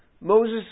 Moses